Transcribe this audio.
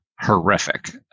horrific